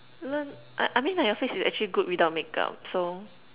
learn I I mean like your face is actually good without make-up so